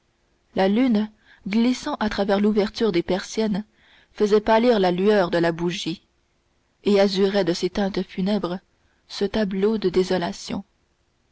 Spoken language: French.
la lune glissant à travers l'ouverture des persiennes faisait pâlir la lueur de la bougie et azurait de ses teintes funèbres ce tableau de désolation